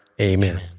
Amen